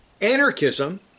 anarchism